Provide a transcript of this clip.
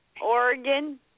Oregon